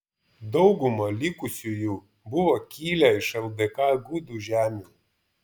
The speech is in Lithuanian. dauguma likusiųjų buvo kilę iš ldk gudų žemių